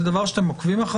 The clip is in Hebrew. זה דבר שיש אחריו